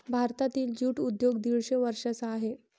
भारतातील ज्यूट उद्योग दीडशे वर्षांचा आहे